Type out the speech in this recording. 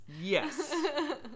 Yes